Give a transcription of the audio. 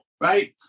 right